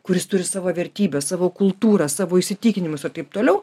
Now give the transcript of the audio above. kuris turi savo vertybes savo kultūrą savo įsitikinimusir taip toliau